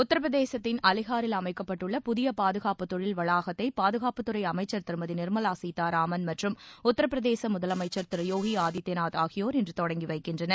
உத்தரபிரதேசத்தின் அலிகாரில் அமைக்கப்பட்டுள்ள புதிய பாதுகாப்பு தொழில் வளாகத்தை பாதுகாப்புத்துறை அமைச்ச் திருமதி நிர்மலா சீதாராமன் மற்றும் உத்தரபிரதேச முதலமைச்ச் திரு யோகி ஆதித்யநாத் ஆகியோர் இன்று தொடங்கி வைக்கின்றனர்